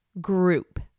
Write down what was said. group